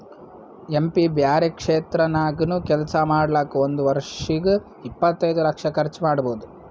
M P ಬ್ಯಾರೆ ಕ್ಷೇತ್ರ ನಾಗ್ನು ಕೆಲ್ಸಾ ಮಾಡ್ಲಾಕ್ ಒಂದ್ ವರ್ಷಿಗ್ ಇಪ್ಪತೈದು ಲಕ್ಷ ಕರ್ಚ್ ಮಾಡ್ಬೋದ್